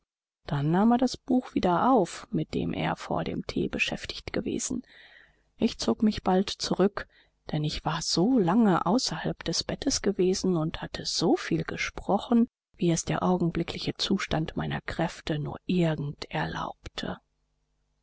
dann nahm er das buch wieder auf mit dem er vor dem thee beschäftigt gewesen ich zog mich bald zurück denn ich war so lange außerhalb des bettes gewesen und hatte soviel gesprochen wie es der augenblickliche zustand meiner kräfte nur irgend erlaubte